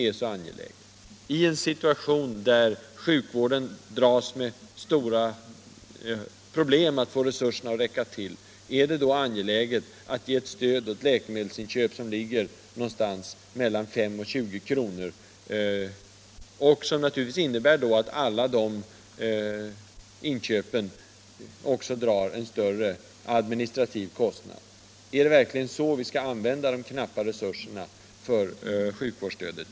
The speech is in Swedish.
Är det i en situation där sjukvården dras med stora problem för att få resurserna att räcka till angeläget att ge stöd för läkemedelsinköp som ligger någonstans mellan 5 och 20 kr. och som naturligtvis innebär att alla de inköpen också medför en större administrativ kostnad? Är det verkligen så vi skall använda de knappa resurserna för sjukvårdsstödet?